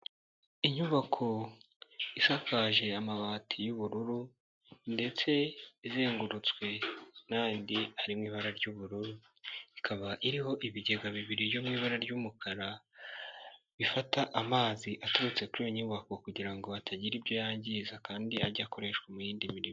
Inyubako isakaje amabati y'ubururu ndetse izengurutswe n'andi arimo ibara ry'ubururu, ikaba iriho ibigega bibiri byo mu ibara ry'umukara bifata amazi aturutse kuri iyo nyubako kugira ngo hatagira ibyo yangiza kandi ajya akoreshwa mu yindi mirimo.